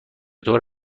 طور